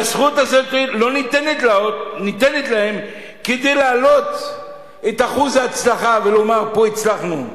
והזכות הזאת לא ניתנת להם כדי להעלות את אחוז ההצלחה ולומר: פה הצלחנו.